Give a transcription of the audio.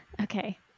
okay